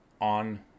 on